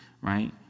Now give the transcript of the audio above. right